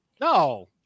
No